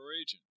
agent